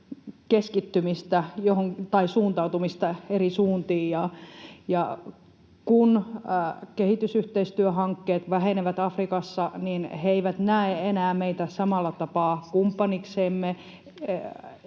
keskittymistä tai suuntautumista eri suuntiin. Kun kehitysyhteistyöhankkeet vähenevät Afrikassa, niin he eivät näe enää meitä samalla tapaa kumppanikseen.